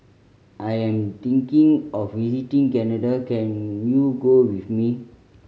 I am thinking of visiting Canada can you go with me